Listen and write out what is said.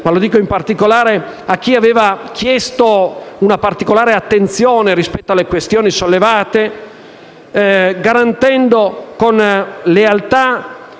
ma lo dico in particolare a chi aveva chiesto una particolare attenzione rispetto alle questioni sollevate), attraverso una